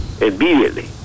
immediately